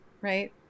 right